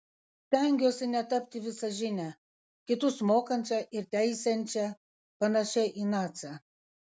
stengiuosi netapti visažine kitus mokančia ir teisiančia panašia į nacę